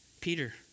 Peter